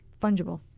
fungible